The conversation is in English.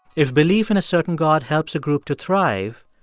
if belief in a certain god helps a group to thrive,